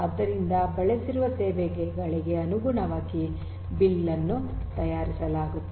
ಆದ್ದರಿಂದ ಬಳಸಿರುವ ಸೇವೆಗಳಿಗೆ ಅನುಗುಣವಾಗಿ ಬಿಲ್ ಅನ್ನು ತಯಾರಿಸಲಾಗುತ್ತದೆ